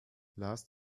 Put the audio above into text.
lars